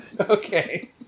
Okay